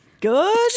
Good